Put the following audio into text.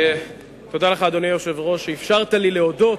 אדוני היושב-ראש, על שאפשרת לי להודות,